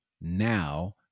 now